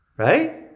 Right